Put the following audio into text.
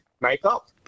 makeup